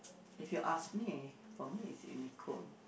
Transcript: if you ask me for me it's an equal